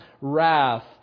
wrath